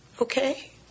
okay